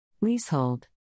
Leasehold